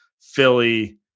Philly